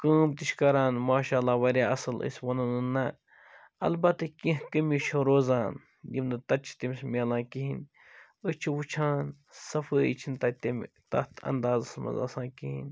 کٲم تہِ چھُ کَران ماشا اللہ واریاہ اَصٕل أسۍ ونو نہٕ البتہ کیٚنٛہہ کمی چھِ روزان یِم نہٕ تتہِ چھِ تٔمِس میلان کِہیٖنٛۍ أسۍ چھِ وُچھان صفٲیی چھِ نہٕ تتہِ تَمہِ تتھ اندازَس مَنٛز آسان کِہیٖنٛۍ